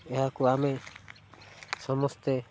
ଏହାକୁ ଆମେ ସମସ୍ତେ